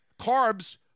Carbs